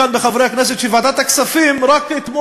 אותם יישובים שנמצאים בתחתית